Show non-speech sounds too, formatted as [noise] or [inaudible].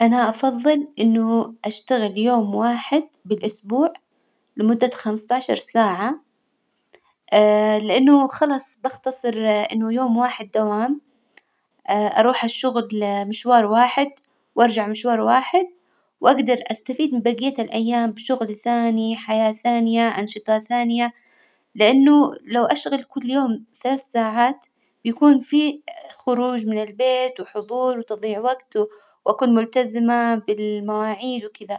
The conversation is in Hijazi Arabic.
أنا أفظل إنه أشتغل يوم واحد بالأسبوع لمدة خمسطعشر ساعة [hesitation] لإنه خلاص بختصر إنه يوم واحد دوام [hesitation] أروح الشغل لمشوار واحد وأرجع مشوار واحد، وأجدر أستفيد من بجية الأيام بشغل ثاني، حياة ثانية، أنشطة ثانية، لإنه لو أشتغل كل يوم ثلاث ساعات بيكون فيه خروج من البيت وحظور وتضييع وجت، وأكون ملتزمة بالمواعيد وكذا.